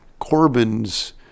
Corbyn's